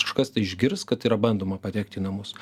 kažkas tai išgirs kad yra bandoma patekt į namus